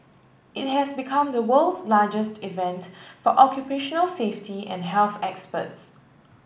it has become the world's largest event for occupational safety and health experts